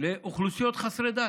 לאוכלוסיות חסרי דת,